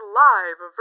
live